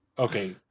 Okay